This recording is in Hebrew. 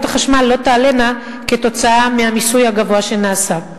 החשמל לא תעלינה בגלל המיסוי הגבוה שנעשה.